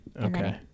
Okay